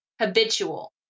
habitual